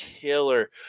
killer